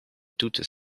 toutes